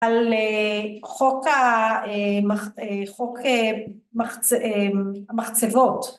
‫על חוק המחצבות.